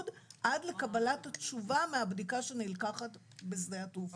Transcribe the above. עד לקבלת התשובה מהבדיקה שנלקחת בשדה התעופה.